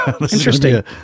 interesting